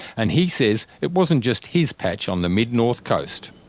and he says it wasn't just his patch on the mid-north coast.